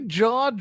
jaw